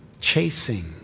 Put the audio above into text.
chasing